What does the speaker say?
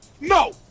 no